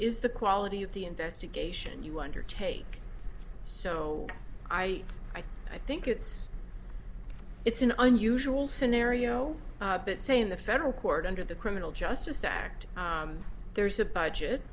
is the quality of the investigation you undertake so i i i think it's it's an unusual scenario but saying the federal court under the criminal justice act there's a budget